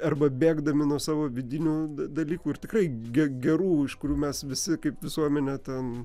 arba bėgdami nuo savo vidinių dalykų ir tikrai gerų iš kurių mes visi kaip visuomenė ten